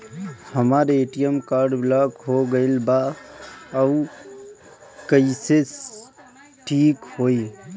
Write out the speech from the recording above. हमर ATM card block हो गईल बा ऊ कईसे ठिक होई?